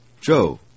Joe